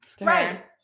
Right